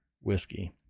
whiskey